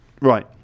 right